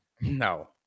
No